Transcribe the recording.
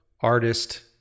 artist